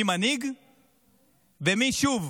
מי מנהיג ומי שוב